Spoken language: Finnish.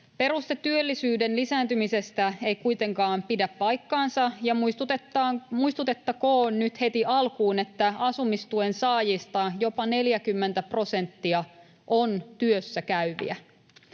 Peruste työllisyyden lisääntymisestä ei kuitenkaan pidä paikkaansa, ja muistutettakoon nyt heti alkuun, että asumistuen saajista jopa 40 prosenttia on työssäkäyviä.